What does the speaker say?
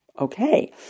Okay